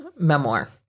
memoir